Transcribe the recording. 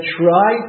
try